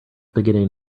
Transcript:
beginning